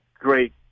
great